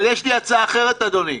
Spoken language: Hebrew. אבל יש לי הצעה אחרת, אדוני,